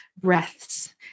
breaths